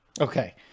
Okay